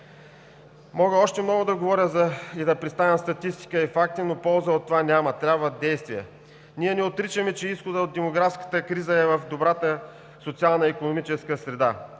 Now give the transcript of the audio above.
Мога още много да говоря и да представям статистика и факти, но полза от това няма – трябват действия. Ние не отричаме, че изходът от демографската криза е в добрата социална и икономическа среда.